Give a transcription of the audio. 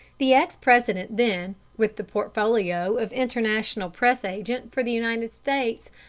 the ex-president then, with the portfolio of international press agent for the united states,